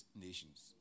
Nations